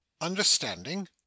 Understanding